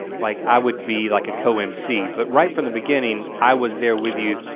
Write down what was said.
like i would be like a co-mc but right from the beginning. i was there with you,